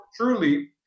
truly